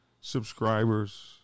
subscribers